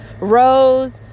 Rose